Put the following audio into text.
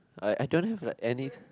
I I don't have like any